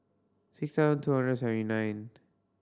six thousand two hundred seventy nine